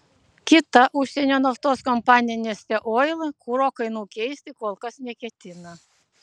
kita užsienio naftos kompanija neste oil kuro kainų keisti kol kas neketina